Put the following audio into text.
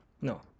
No